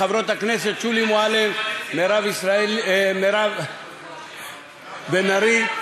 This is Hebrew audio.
לחברות הכנסת שולי מועלם, מירב בן ארי,